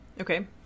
Okay